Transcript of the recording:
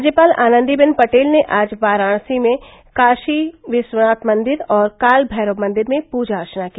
राज्यपाल आनंदीबेन पटेल ने आज वाराणसी में काशी विश्वनाथ मंदिर और काल भैरव मंदिर में पूजा अर्चना की